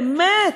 באמת,